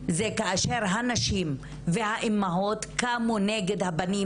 זה כאשר הנשים והאימהות קמו נגד הבנים